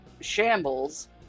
shambles